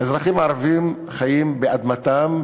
האזרחים הערבים חיים באדמתם,